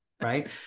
right